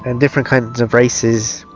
and different kinds of races